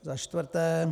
Za čtvrté.